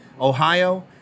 Ohio